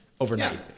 overnight